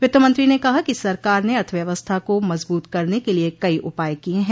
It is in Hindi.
वित्तमंत्री ने कहा कि सरकार ने अर्थव्यवस्था को मजबूत करने के लिए कई उपाय किए हैं